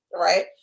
right